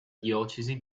diocesi